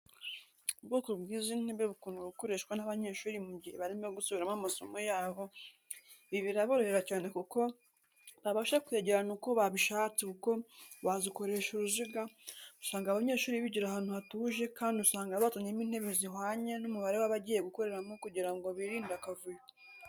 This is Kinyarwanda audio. Ubwoko bwizi ntebe bukundwa gukoreshwa n'abanyeshuri mu gihe barimo gusubiramo amasomo yabo, ibi biraborohera cyane kuko babasha kwegerana uko babishatse kuko wazikoresha uruziga, usanga abanyeshuri bigira ahantu hatuje kandi usanga bazanyemo intebe zihwanye n'umubare wabagiye gukoreramo kugira ngo birinde akavuyo.